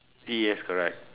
yes correct